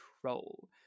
control